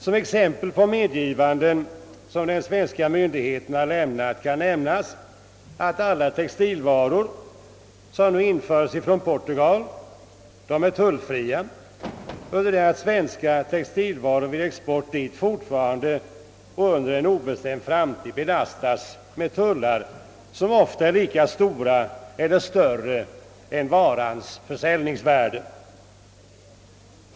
Som exempel på medgivanden av de svenska myndigheterna kan jag nämna att alla textilvaror som nu införes från Portugal är tullfria under det att svenska textilvaror vid export till Portugal fortfarande och under en obestämd framtid belastas med tullar som ofta är lika stora eller större än varans försäljningsvärde.